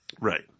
Right